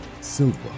silver